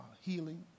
healing